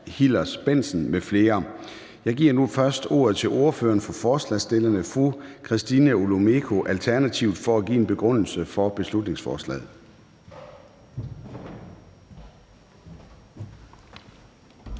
Jeg giver nu først ordet til ordføreren for forslagsstillerne, fru Christina Olumeko, Alternativet, for at give en begrundelse for beslutningsforslaget.